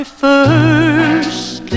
first